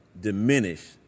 diminish